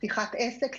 פתיחת עסק,